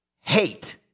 hate